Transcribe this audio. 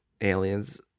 aliens